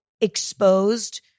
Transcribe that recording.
exposed